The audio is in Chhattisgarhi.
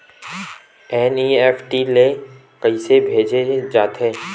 एन.ई.एफ.टी ले कइसे भेजे जाथे?